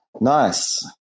Nice